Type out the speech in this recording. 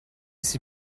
ses